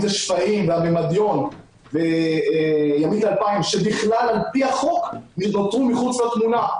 אם זה שפיים והממדיון וימית 2000 שבכלל על פי החוק נותרו מחוץ לתמונה,